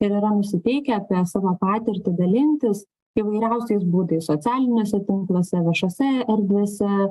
ir yra nusiteikę apie savo patirtį dalintis įvairiausiais būdais socialiniuose tinkluose viešose erdvėse